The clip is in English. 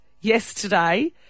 yesterday